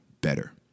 better